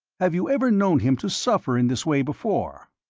have you ever known him to suffer in this way before?